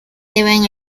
deben